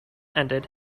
ended